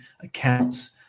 accounts